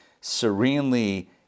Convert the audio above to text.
serenely